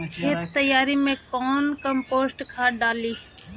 खेत तैयारी मे कौन कम्पोस्ट खाद डाली?